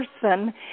person